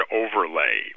overlay